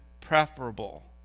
preferable